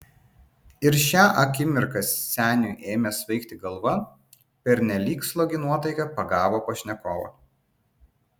ir šią akimirką seniui ėmė svaigti galva pernelyg slogi nuotaika pagavo pašnekovą